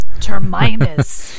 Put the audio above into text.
Terminus